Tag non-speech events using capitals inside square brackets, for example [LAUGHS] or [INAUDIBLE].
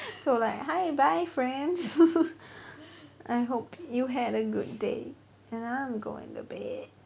so like hi bye friends [LAUGHS] I hope you had a good day and I'm going to bed